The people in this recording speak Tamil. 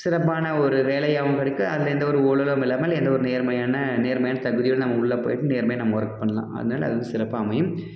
சிறப்பான ஒரு வேலையாகவும் இருக்கும் அதில் எந்தவொரு ஊழலும் இல்லாமல் எந்தவொரு நேர்மையான நேர்மையான தகுதியோடு நம்ம உள்ளே போயிட்டு நேர்மையாக நம்ம ஒர்க் பண்ணலாம் அதனால் அது வந்து சிறப்பாக அமையும்